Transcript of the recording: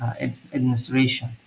administration